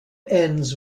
ends